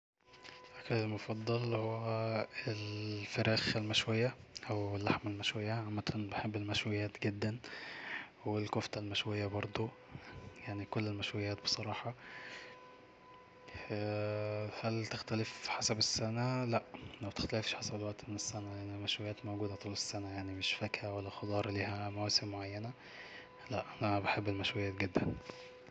"اكلي المفضل هو الفراخ المشوية أو اللحمة المشوية عامة بحب المشويات جدا والكفتة المشوية برضو يعني كل المشويات بصراحة هل تختلف حسب السنه لاء ما بتختلفش حسب الوقت من السنه المشويات موجودة طول السنه يعني مش فاكهة ولا خضار ليها مواسم معينة لا أنا بحب المشويات جدا "